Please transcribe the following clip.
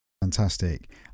fantastic